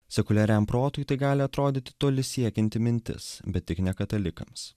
sekuliariam protui tai gali atrodyti toli siekianti mintis bet tik ne katalikams